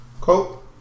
Cool